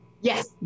Yes